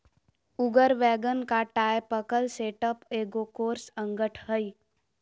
उगर वैगन का typical setup एगो कोर्स अंगठ हइ